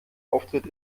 auftritt